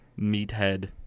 meathead